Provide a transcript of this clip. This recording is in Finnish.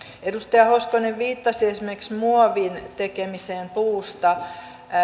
edustaja hoskonen viittasi esimerkiksi muovin tekemiseen puusta